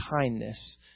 kindness